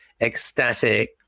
ecstatic